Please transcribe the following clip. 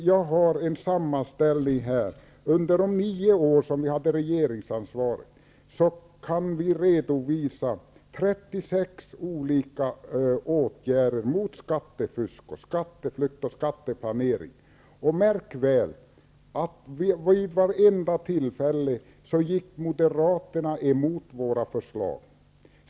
Jag har en sammanställning som visar att vi under de nio år som vi hade regeringsansvaret kunde anvisa 36 olika åtgärder mot skattefusk, skatteflykt och skatteplanering. Märk väl att Moderaterna vid varje tillfälle gick emot våra förslag.